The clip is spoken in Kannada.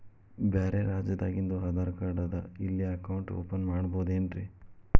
ಬ್ಯಾರೆ ರಾಜ್ಯಾದಾಗಿಂದು ಆಧಾರ್ ಕಾರ್ಡ್ ಅದಾ ಇಲ್ಲಿ ಅಕೌಂಟ್ ಓಪನ್ ಮಾಡಬೋದೇನ್ರಿ?